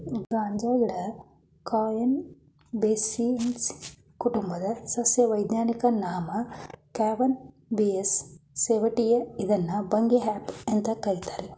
ಗಾಂಜಾಗಿಡ cannabinaceae ಕುಟುಂಬದ ಸಸ್ಯ ವೈಜ್ಞಾನಿಕ ನಾಮ ಕ್ಯಾನಬಿಸ್ ಸೇಟಿವ ಇದ್ನ ಭಂಗಿ ಹೆಂಪ್ ಅಂತ ಕರೀತಾರೆ